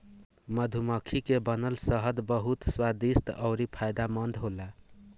मधुमक्खी से बनल शहद बहुत स्वादिष्ट अउरी फायदामंद होला